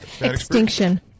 Extinction